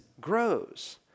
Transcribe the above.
grows